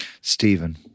Stephen